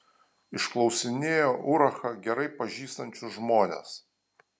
išklausinėjo urachą gerai pažįstančius žmones